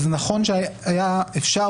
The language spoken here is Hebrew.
אז נכון שהיה אפשר,